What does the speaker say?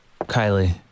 Kylie